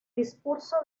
discurso